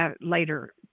later